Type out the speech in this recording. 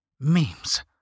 memes